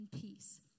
peace